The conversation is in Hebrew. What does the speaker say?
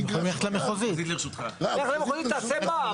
הוועדה המחוזית תעשה מה?